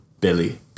Billy